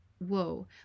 whoa